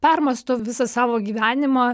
permąsto visą savo gyvenimą